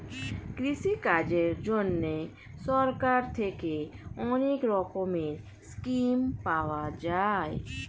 কৃষিকাজের জন্যে সরকার থেকে অনেক রকমের স্কিম পাওয়া যায়